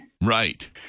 Right